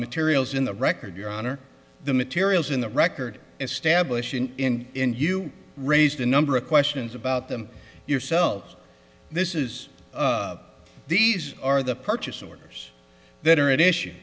materials in the record your honor the materials in the record establishing in in you raised a number of questions about them yourselves this is these are the purchase orders that are at issue